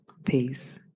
Peace